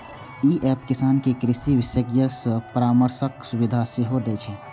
ई app किसान कें कृषि विशेषज्ञ सं परामर्शक सुविधा सेहो दै छै